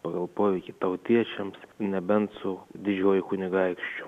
pagal poveikį tautiečiams nebent su didžiuoju kunigaikščiu